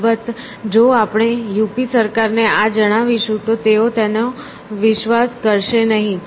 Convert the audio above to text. અલબત્ત જો આપણે યુપી સરકારને આ જણાવીશું તો તેઓ તેનો વિશ્વાસ કરશે નહીં